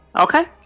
Okay